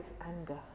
anger